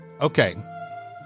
Okay